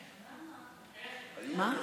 למה?